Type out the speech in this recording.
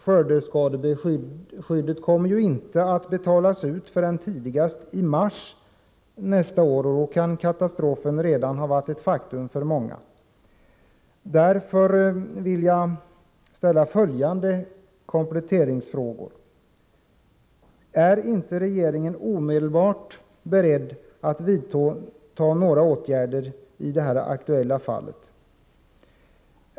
Skördeskadeskyddet kommer inte att betalas ut förrän tidigast i mars nästa år. Då kan katastrofen redan ha varit ett faktum för många. Jag vill därför ställa följande kompletteringsfrågor. Är regeringen beredd att omedelbart vidta åtgärder i det aktuella fallet?